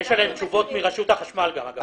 ויש עליהם תשובות מרשות החשמל גם אגב.